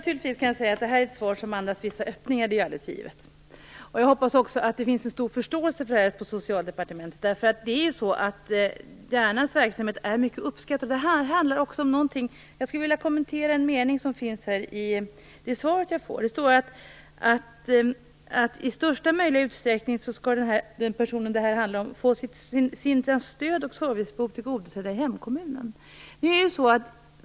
Fru talman! Det här är ett svar som andas vissa öppningar - det är alldeles givet. Jag hoppas också att det finns en stor förståelse för det här på Socialdepartementet. Järnas verksamhet är ju mycket uppskattad. Jag skulle vilja kommentera en mening i svaret. Det står där att de personer det här handlar om i största möjliga utsträckning skall få sina stöd och servicebehov tillgodosedda i hemkommunen.